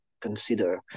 consider